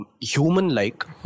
human-like